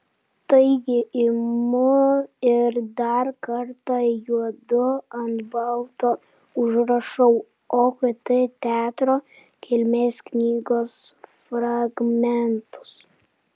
taigi imu ir dar kartą juodu ant balto užrašau okt teatro kilmės knygos fragmentus